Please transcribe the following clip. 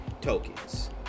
Tokens